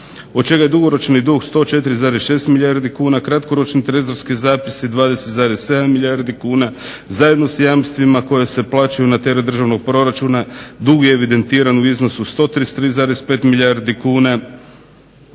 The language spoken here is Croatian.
od čega je dugoročni dug od 104,6 milijardi kuna, kratkoročni trezorski zapisi 20,7 milijardi kuna, zajedno s jamstvima koje se plaćaju na teret državnog proračuna, dug je evidentiran u iznosu 133,5 milijardi kuna,